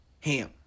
ham